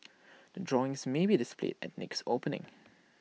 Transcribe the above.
the drawings may be displayed at next opening